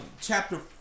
chapter